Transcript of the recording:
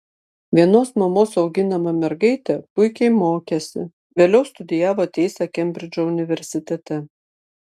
vienos mamos auginama mergaitė puikiai mokėsi vėliau studijavo teisę kembridžo universitete